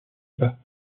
bas